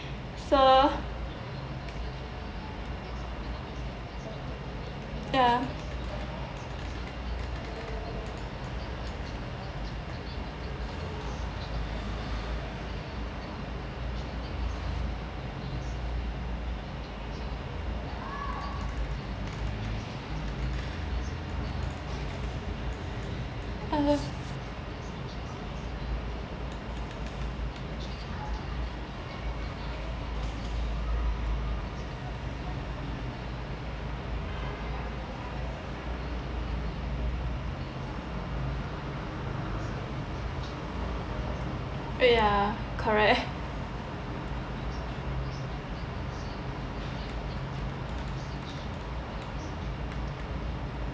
so ya ya correct